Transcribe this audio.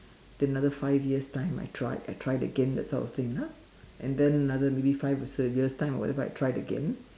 then another five years time I tried I tried again that sort of thing ah and then another maybe five or six years time or whatever and then I tried again